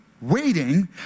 waiting